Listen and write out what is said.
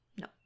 No